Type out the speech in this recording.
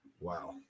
wow